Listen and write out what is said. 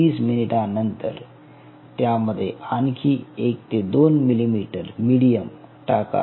तीस मिनिटानंतर त्यामध्ये आणखी एक ते दोन मिलिमीटर मिडीयम टाका